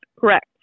Correct